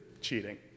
cheating